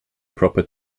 proper